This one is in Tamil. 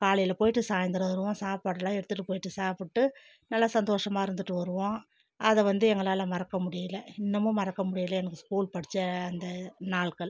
காலையில் போயிட்டு சாயந்தரம் வருவோம் சாப்பாடுலாம் எடுத்துகிட்டு போயிட்டு சாப்பிட்டு நல்லா சந்தோஷமா இருந்துட்டு வருவோம் அதை வந்து எங்களால் மறக்க முடியலை இன்னுமும் மறக்க முடியலை எங்களுக்கு ஸ்கூல் படித்த அந்த நாட்கள்